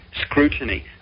scrutiny